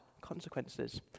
consequences